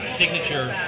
signature